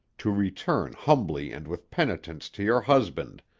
to return humbly and with penitence to your husband,